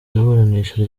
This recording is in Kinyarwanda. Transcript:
iburanisha